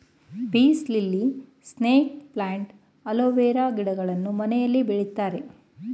piece lily, snake plant, aloe vera ಗಿಡಗಳನ್ನು ಮನೆಯಲ್ಲಿ ಬೆಳಿತಾರೆ